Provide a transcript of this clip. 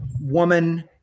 woman